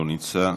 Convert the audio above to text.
לא נמצא,